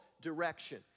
direction